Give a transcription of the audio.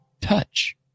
Touch